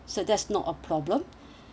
so that's not a problem